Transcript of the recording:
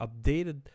updated